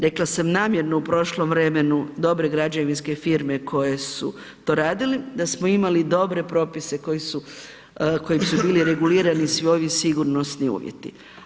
Rekla sam namjerno u prošlom vremenu, dobre građevinske firme koje su to radile, da smo imali dobre propise koji su, kojim su bili regulirani svi sigurnosni uvjeti.